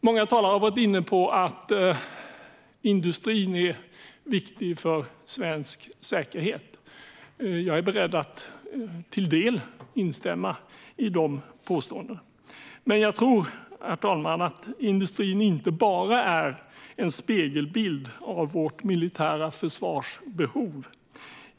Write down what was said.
Många talare har varit inne på att industrin är viktig för svensk säkerhet. Jag är beredd att till del instämma i dessa påståenden. Men jag tror, herr talman, att industrin inte bara är en spegelbild av vårt militära försvarsbehov.